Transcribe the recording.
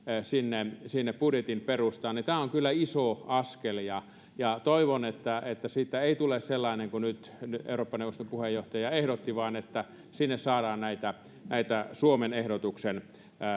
sinne sinne budjetin perustaan on kyllä iso askel ja ja toivon että että siitä ei tule sellainen kuin nyt nyt eurooppa neuvoston puheenjohtaja ehdotti vaan että sinne saadaan näitä näitä suomen ehdotuksen